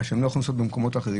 מה שלא יכולים לעשות במקומות אחרים.